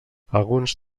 alguns